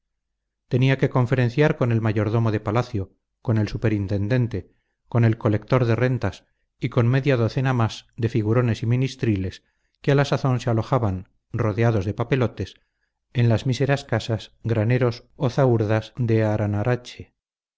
tenía que conferenciar con el mayordomo de palacio con el superintendente con el colector de rentas y con media docena más de figurones y ministriles que a la sazón se alojaban rodeados de papelotes en las míseras casas graneros o zahúrdas de